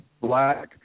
Black